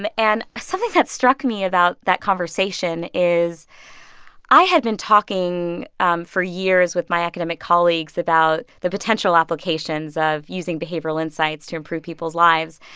and and something that struck me about that conversation is i had been talking um for years with my academic colleagues about the potential applications of using behavioral insights to improve people's lives.